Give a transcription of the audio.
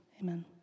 Amen